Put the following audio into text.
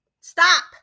stop